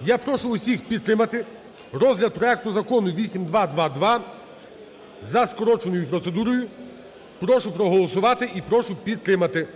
Я прошу всіх підтримати розгляд проекту Закону 8222 за скороченою процедурою, прошу проголосувати і прошу підтримати.